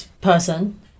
person